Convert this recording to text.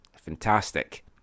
fantastic